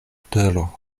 turo